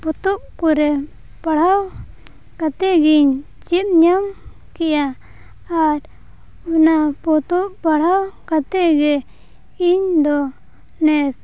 ᱯᱚᱛᱚᱵᱽ ᱠᱚᱨᱮ ᱯᱟᱲᱦᱟᱣ ᱠᱟᱛᱮᱫᱜᱮᱧ ᱪᱮᱫᱧᱚᱜ ᱠᱮᱭᱟ ᱟᱨ ᱚᱱᱟ ᱯᱚᱛᱚᱵᱽ ᱯᱟᱲᱦᱟᱣ ᱠᱟᱛᱮᱫᱜᱮ ᱤᱧᱫᱚ ᱱᱮᱥ